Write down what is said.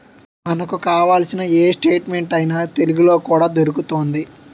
మనకు కావాల్సిన ఏ స్టేట్మెంట్ అయినా తెలుగులో కూడా దొరుకుతోంది